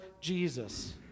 Jesus